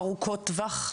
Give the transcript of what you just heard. ארוכות טווח?